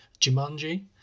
jumanji